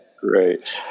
great